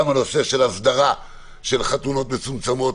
גם הנושא של הסדרה של חתונות מצומצמות,